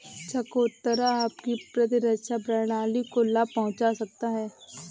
चकोतरा आपकी प्रतिरक्षा प्रणाली को लाभ पहुंचा सकता है